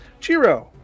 Chiro